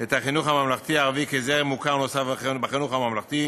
את החינוך הממלכתי-ערבי כזרם מוכר נוסף בחינוך הממלכתי.